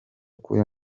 k’uyu